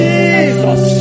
Jesus